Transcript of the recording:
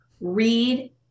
read